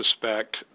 suspect